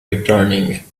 returning